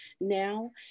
now